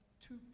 two